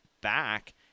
back